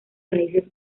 raíces